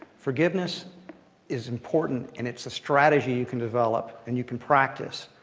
forgiveness is important. and it's strategy you can develop and you can practice.